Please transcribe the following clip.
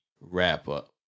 wrap-up